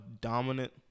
dominant